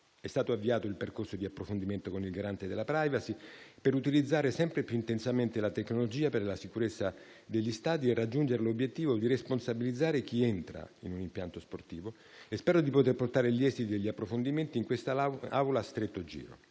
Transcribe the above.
È stato avviato il percorso di approfondimento con il Garante della *privacy* per utilizzare sempre più intensamente la tecnologia per la sicurezza degli stadi e raggiungere l'obiettivo di responsabilizzare chi entra un impianto sportivo. Spero di poter portare gli esiti e gli approfondimenti in quest'Aula a stretto giro.